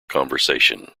conversation